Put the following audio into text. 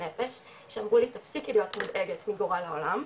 הנפש שאמרו לי תפסיקי להיות מודאגת מגורל העולם,